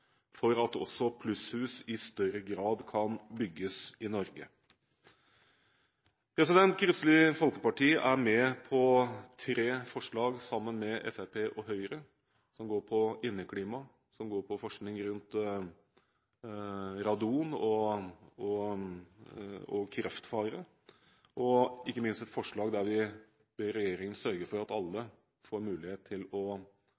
for at også plusshus i større grad kan bygges i Norge. Kristelig Folkeparti er sammen med Fremskrittspartiet og Høyre med på tre forslag som går på inneklima, som går på forskning rundt radon og kreftfare – ikke minst et forslag der vi ber regjeringen sørge for at alle får mulighet til å